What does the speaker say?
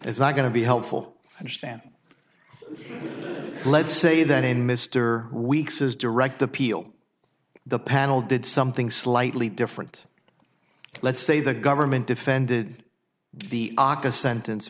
it's not going to be helpful and stamp let's say that in mr weeks's direct appeal the panel did something slightly different let's say the government defended the aka sentence